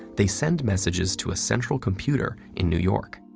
they send messages to a central computer in new york.